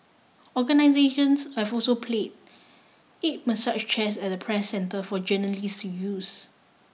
organisations have also place eight massage chairs at the Press Centre for the journalists to use